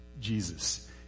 Jesus